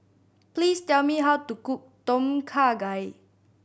please tell me how to cook Tom Kha Gai